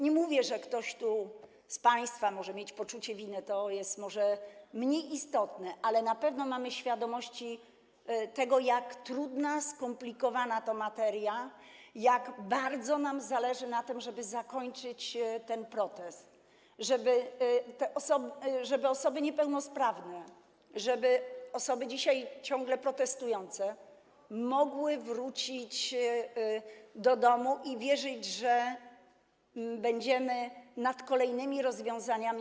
Nie mówię, że ktoś z państwa może mieć poczucie winy, to jest może mniej istotne, ale na pewno mamy świadomość tego, jak trudna, skomplikowana to materia, jak bardzo nam zależy na tym, żeby zakończyć ten protest, żeby osoby niepełnosprawne, żeby osoby dzisiaj ciągle protestujące mogły wrócić do domu i wierzyć, że będziemy, proszę państwa, pracować nad kolejnymi rozwiązaniami.